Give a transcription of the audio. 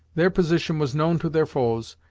their position was known to their foes,